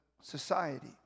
society